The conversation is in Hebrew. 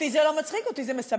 אותי זה לא מצחיק, אותי זה משמח.